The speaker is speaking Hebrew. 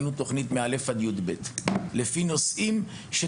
מחולקת לפי נושאים אותה